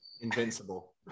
Invincible